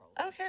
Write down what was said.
Okay